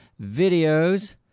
videos